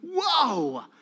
whoa